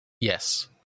Yes